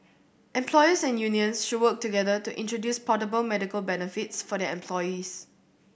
employers and unions should work together to introduce portable medical benefits for their employees